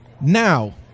Now